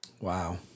Wow